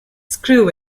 screw